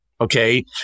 Okay